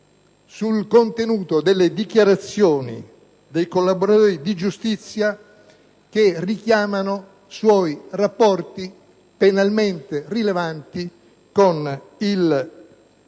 nel dettaglio sulle dichiarazioni dei collaboratori di giustizia che richiamano i suoi rapporti penalmente rilevanti con il